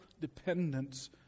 dependence